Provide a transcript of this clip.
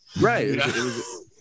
Right